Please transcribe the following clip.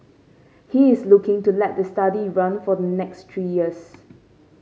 he is looking to let the study run for the next three years